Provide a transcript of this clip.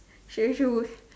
she already choose